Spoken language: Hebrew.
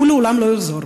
ולעולם לא יחזור.